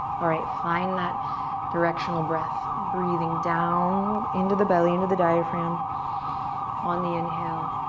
alright, find that directional breath. breathing down into the belly, into the diaphragm on the inhale.